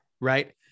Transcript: right